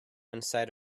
inside